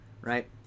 right